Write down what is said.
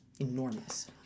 enormous